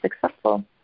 successful